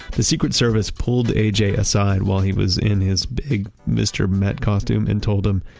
the secret service pulled a j. aside while he was in his big mr. met costume and told him,